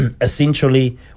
essentially